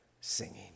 singing